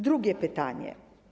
Drugie pytanie.